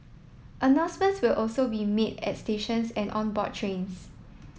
announcements will also be made at stations and on board trains